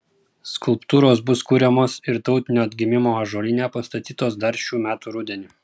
skulptūros bus kuriamos ir tautinio atgimimo ąžuolyne pastatytos dar šių metų rudenį